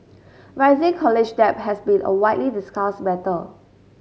rising college debt has been a widely discussed matter